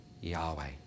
Yahweh